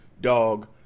Dog